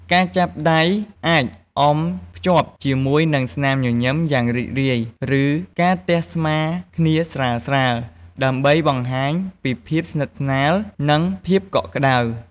ការចាប់ដៃអាចអមភ្ជាប់ជាមួយនឹងស្នាមញញឹមយ៉ាងរីករាយ ឬការទះស្មាគ្នាស្រាលៗ ដើម្បីបង្ហាញពីភាពស្និទ្ធស្នាល និងភាពកក់ក្ដៅ។